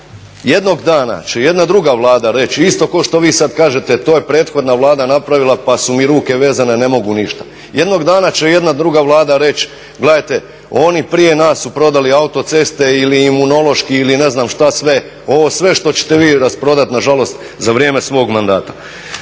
Jednog dana će jedna druga Vlada reći isto kao što vi sad kažete to je prethodna Vlada napravila pa su mi ruke vezane, ne mogu ništa. Jednog dana će jedna druga Vlada reći gledajte, oni prije nas su prodali autoceste ili imunološki ili ne znam šta sve, ovo sve što ćete vi rasprodati nažalost za vrijeme svog mandata.